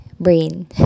brain